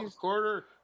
Quarter